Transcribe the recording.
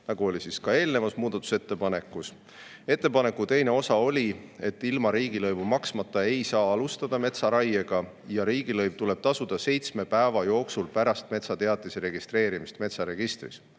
nagu oli ka eelnevas muudatusettepanekus. Ettepaneku teine osa oli, et ilma riigilõivu maksmata ei saa metsaraiet alustada ja riigilõiv tuleb tasuda seitsme päeva jooksul pärast metsateatise registreerimist metsaregistris.